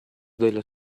della